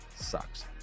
sucks